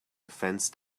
fenced